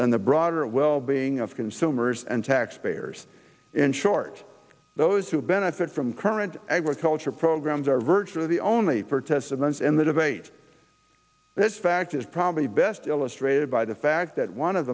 than the broader wellbeing of consumers and taxpayers in short those who benefit from current agriculture programs are virtually the only for test events in the debate that fact is probably best illustrated by the fact that one of